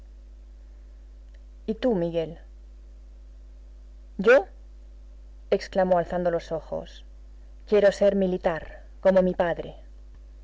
y tú miguel yo exclamó alzando los ojos quiero ser militar como mi padre